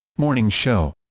morning show